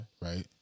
Right